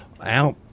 out